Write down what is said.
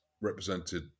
represented